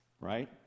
right